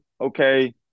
okay